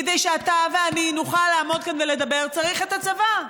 כדי שאתה ואני נוכל לעמוד כאן ולדבר צריך את הצבא,